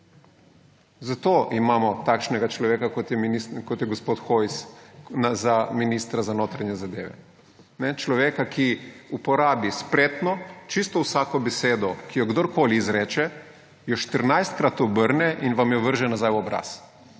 Zato imamo takšnega človeka, kot je gospod Hojs, za ministra za notranje zadeve. Človeka, ki uporabi spretno čisto vsako besedo, ki jo kdorkoli izreče, jo štirinajstkrat obrne in vam jo vrže nazaj v obraz.